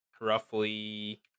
roughly